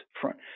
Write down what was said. front